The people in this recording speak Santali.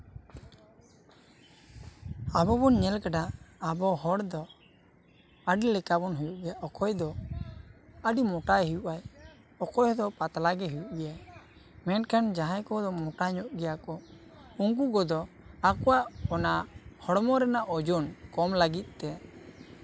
ᱟᱵᱚ ᱵᱚᱱ ᱧᱮᱞ ᱠᱟᱫᱟ ᱟᱵᱚ ᱦᱚᱲ ᱫᱚ ᱟᱹᱰᱤ ᱞᱮᱠᱟ ᱵᱚᱱ ᱦᱩᱭᱩᱜ ᱜᱮᱭᱟ ᱚᱠᱚᱭ ᱫᱚ ᱟᱹᱰᱤ ᱢᱳᱴᱟᱭ ᱦᱩᱭᱩᱜᱼᱟᱭ ᱚᱠᱚᱭ ᱫᱚ ᱯᱟᱛᱞᱟ ᱜᱮ ᱦᱩᱭᱩᱜ ᱜᱮᱭᱟ ᱢᱮᱱᱠᱷᱟᱱ ᱡᱟᱦᱟᱸᱭ ᱠᱚ ᱢᱳᱴᱟᱧᱚᱜ ᱜᱮᱭᱟ ᱠᱚ ᱩᱱᱠᱩ ᱠᱚᱫᱚ ᱟᱠᱚᱣᱟᱜ ᱚᱱᱟᱦᱚᱲᱢᱚ ᱨᱮᱱᱟᱜ ᱳᱡᱚᱱ ᱠᱚᱢ ᱞᱟᱹᱜᱤᱫ ᱛᱮ